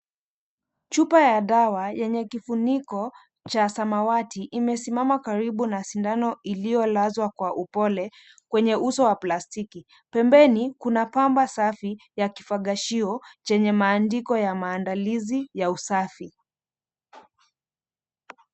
Chupa ya dawa yenye kifuniko cha samawati imesimama karibu na sindano iliyolazwa kwa upole kwenye uso wa plastiki. Pembeni kuna pamba safi ya kifagashio chenye maandiko ya maandalizi ya usafi.